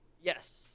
yes